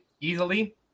Easily